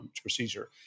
procedure